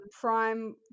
prime